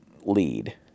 lead